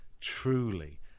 truly